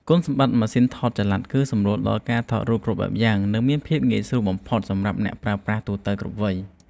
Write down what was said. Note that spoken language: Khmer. គុណសម្បត្តិម៉ាស៊ីនថតចល័តគឺសម្រួលដល់ការថតរូបគ្រប់បែបយ៉ាង និង មានភាពងាយស្រួលបំផុតសម្រាប់អ្នកប្រើប្រាស់ទូទៅគ្រប់វ័យ។